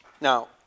Now